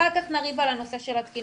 אחר כך נריב על הנושא של התקינה.